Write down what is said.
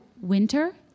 winter